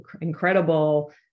incredible